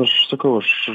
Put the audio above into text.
aš sakau aš